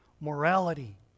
morality